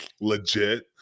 legit